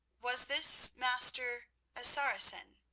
was this master a saracen?